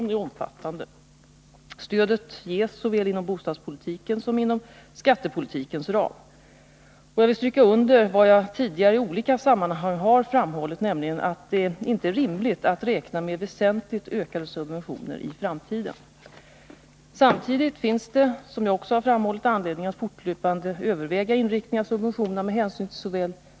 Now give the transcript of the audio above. Beträffande bostadsbyggandet och efterfrågan på bostäder påstods att det tidigare rådde trångboddhet, men att det i dag rör sig om överefterfrågan, som drivits fram med hjälp av frikostiga subventioner från det allmänna.